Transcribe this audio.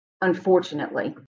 unfortunately